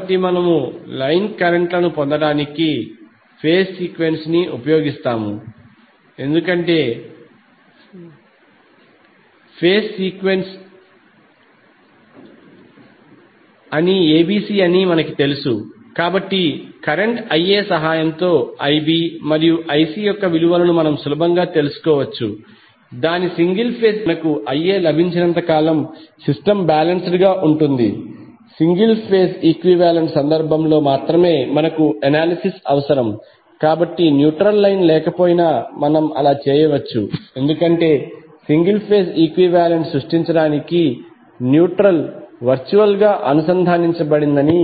కాబట్టి మనము line current లను పొందటానికి ఫేజ్ సీక్వెన్స్ ని ఉపయోగిస్తాము ఎందుకంటే ఫేజ్ సీక్వెన్స్ ABC అని మనకు తెలుసు కాబట్టి కరెంట్ Ia సహాయంతో Ib మరియు Ic యొక్క విలువలను మనం సులభంగా తెలుసుకోవచ్చు దాని సింగిల్ ఫేజ్ ఈక్వివాలెంట్ నుండి మనకు Iaలభించినంత కాలం సిస్టమ్ బాలెన్స్డ్ గా ఉంది సింగిల్ ఫేజ్ ఈక్వివాలెంట్ సందర్భంలో మాత్రమే మనకు అనాలిసిస్ అవసరం కాబట్టి న్యూట్రల్ లైన్ లేకపోయినా మనం అలా చేయవచ్చు ఎందుకంటే సింగిల్ ఫేజ్ ఈక్వివాలెంట్ సృష్టించడానికి న్యూట్రల్ వర్చుయల్ గా అనుసంధానించబడిందని